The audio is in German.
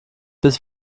bis